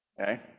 okay